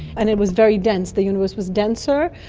and it was very dense. the universe was denser,